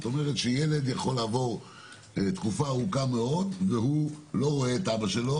זאת אומרת שילד יכול לעבור תקופה ארוכה מאוד והוא לא רואה את אבא שלו,